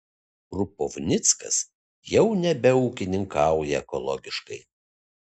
krupovnickas jau nebeūkininkauja ekologiškai